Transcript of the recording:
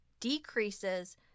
Decreases